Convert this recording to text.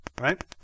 Right